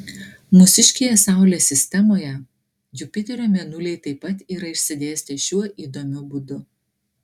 mūsiškėje saulės sistemoje jupiterio mėnuliai taip pat yra išsidėstę šiuo įdomiu būdu